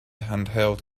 handheld